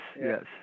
yes